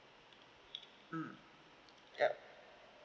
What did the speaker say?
mm yup